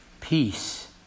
Peace